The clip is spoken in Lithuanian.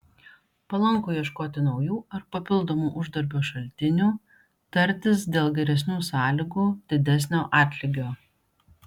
palanku ieškoti naujų ar papildomų uždarbio šaltinių tartis dėl geresnių sąlygų didesnio atlygio